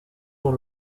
dans